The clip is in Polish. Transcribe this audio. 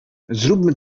zróbmy